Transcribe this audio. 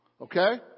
Okay